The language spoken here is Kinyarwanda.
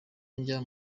njya